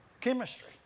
chemistry